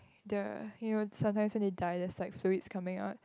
the you know sometimes when you die there's like fluids coming out